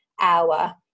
hour